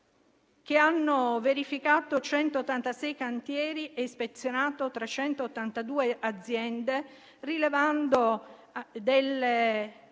che hanno verificato 186 cantieri e ispezionato 382 aziende, rilevando delle